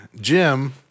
jim